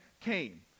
came